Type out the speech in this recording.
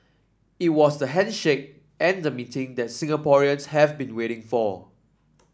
it was the handshake and the meeting that Singaporeans have been waiting for